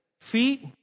feet